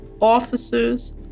officers